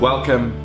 Welcome